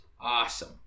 awesome